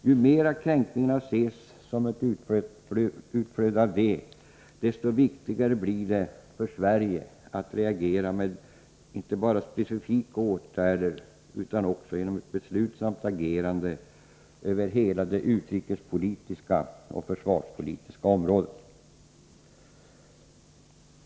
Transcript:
Ju mer kränkningarna ses som ett utflöde av detta, desto viktigare blir det för Sverige att reagera inte bara med specifika åtgärder utan också genom ett beslutsamt agerande över hela det utrikespolitiska och försvarspolitiska området.